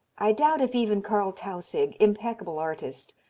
i doubt if even karl tausig, impeccable artist,